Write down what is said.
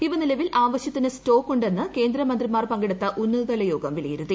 ഇവ നിലവിൽ ആവശ്യത്തിന് സ്റ്റോക്ക് ഉണ്ടെന്ന് കേന്ദ്രമന്ത്രിമാർ പങ്കെടുത്ത ഉന്നതതലയോഗം വിലയിരുത്തി